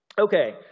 Okay